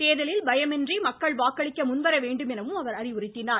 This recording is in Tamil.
தேர்தலில் பயமின்றி மக்கள் வாக்களிக்க முன்வரவேண்டும் என்றும் அவர் அறிவுறுத்தினார்